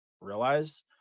realize